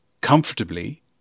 comfortably